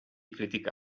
critica